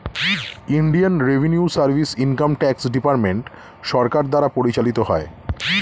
Indian revenue service income tax department সরকার দ্বারা পরিচালিত হয়